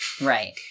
Right